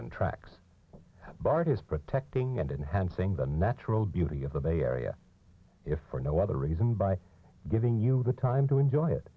and tracks bart is protecting and enhancing the natural beauty of the bay area if for no other reason by giving you the time to enjoy it